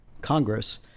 Congress